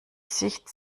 sicht